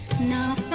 know